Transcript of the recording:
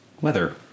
weather